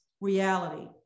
reality